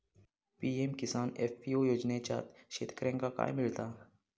PM किसान FPO योजनाच्यात शेतकऱ्यांका काय मिळता?